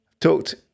Talked